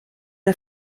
der